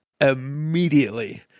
Immediately